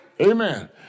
Amen